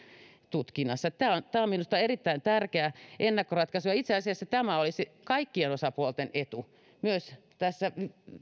tutkinnassa tämä on minusta erittäin tärkeä ennakkoratkaisu ja itse asiassa olisi kaikkien osapuolten etu myös